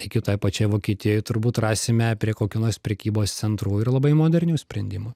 iki toj pačioj vokietijoj turbūt rasime prie kokio nors prekybos centrų ir labai modernių sprendimų